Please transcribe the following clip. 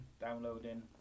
downloading